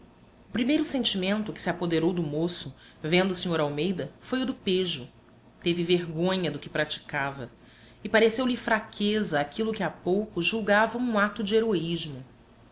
primeiro sentimento que se apoderou do moço vendo o sr almeida foi o do pejo teve vergonha do que praticava e pareceu-lhe fraqueza aquilo que há pouco julgava um ato de heroísmo